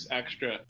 extra